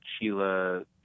Sheila